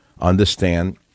understand